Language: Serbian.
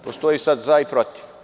Postoji sada za i protiv.